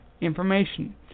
information